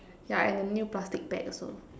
yeah and the new plastic bag also